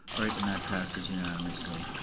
alright, and that passes unanimously.